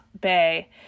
Bay